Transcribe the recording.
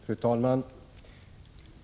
Fru talman!